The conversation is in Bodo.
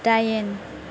दाइन